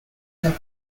have